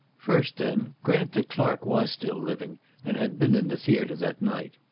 first then, grant that clark was still living and had been in the theater that night.